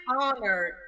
honored